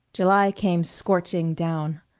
july came scorching down.